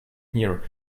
here